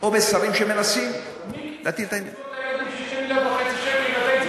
או בשרים שמנסים, מי, 60.5 מיליארד שקל.